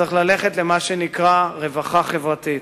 צריך ללכת למה שנקרא רווחה חברתית,